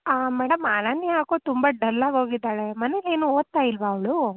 madam Ananya ಯಾಕೋ ತುಂಬ ಡಲ್ಲಾಗಿ ಹೋಗಿದ್ದಾಳೆ ಮನೇಲಿ ಏನು ಓದ್ತಾ ಇಲ್ವಾ ಅವಳು